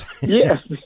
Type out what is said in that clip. Yes